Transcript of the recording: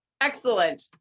Excellent